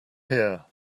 here